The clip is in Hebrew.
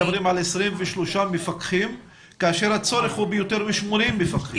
מדברים על 23 מפקחים כאשר הצורך הוא ביותר מ-80 מפקחים.